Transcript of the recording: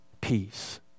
peace